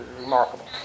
remarkable